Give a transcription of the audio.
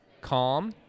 calm